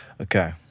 Okay